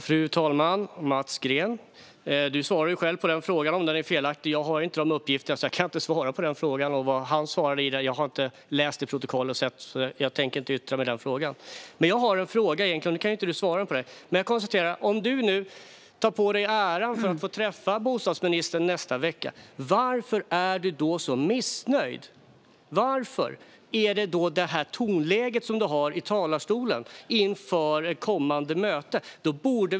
Fru talman! Du svarar själv på den frågan, Mats Green, att det är felaktigt. Jag har inte de uppgifterna, så jag kan inte svara på frågan. När det gäller vad han svarade har jag inte läst protokollet, så jag tänker inte yttra mig i den frågan. Men jag har en fråga - du kan inte svara på den nu. Om du nu tar åt dig äran för mötet med bostadsministern nästa vecka undrar jag: Varför är du så missnöjd? Varför har du detta tonläge i talarstolen inför kommande möte?